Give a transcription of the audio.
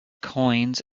coins